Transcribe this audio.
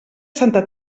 santa